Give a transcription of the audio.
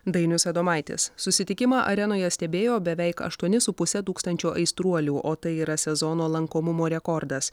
dainius adomaitis susitikimą arenoje stebėjo beveik aštuoni su puse tūkstančio aistruolių o tai yra sezono lankomumo rekordas